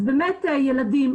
ילדים,